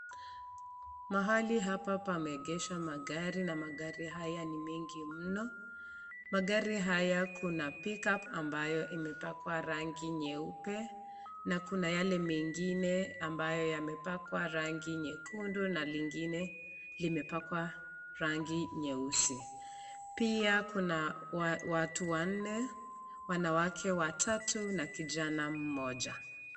Mahali hapa pameegeshwa magari na magari haya ni mengi mno. Magari haya kuna pick up ambayo imepakwa rangi nyeupe na kuna yale mengine ambayo yamepakwa rangi nyekundu na lingine limepakwa rangi nyeusi. Pia, kuna watu wanne, wanawake watatu na kijana mmoja.